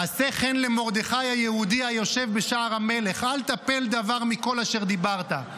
"ועשה כן למרדכי היהודי היושב בשער המלך אל תפל דבר מכל אשר דיברת".